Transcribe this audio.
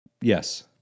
Yes